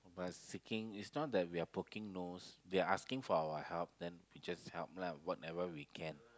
seeking it's not that we are poking nose they are asking for our help then we just help lah whatever we can